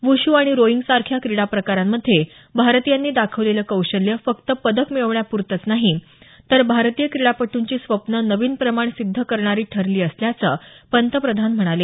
wushu आणि rowing यासारख्या क्रीडाप्रकारांमध्ये भारतीयांनी दाखवलेलं कौशल्य फक्त पदक मिळवण्याप्रतं नाही तर भारतीय क्रीडापटूंची स्वप्नं नवीन प्रमाण सिद्ध करणारी ठरली असल्याचं पंतप्रधान म्हणाले